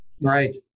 Right